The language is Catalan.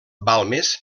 balmes